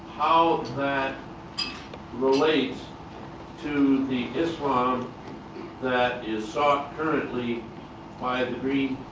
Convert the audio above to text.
how that relates to the islam that is sought currently by the green